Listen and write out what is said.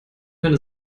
meine